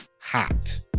hot